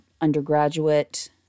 undergraduate